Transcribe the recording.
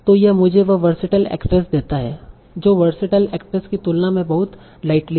तो यह मुझे वह वरसेटाइल एक्ट्रेस देता है जो वरसेटाइल एक्ट्रेस की तुलना में बहुत लाइटली है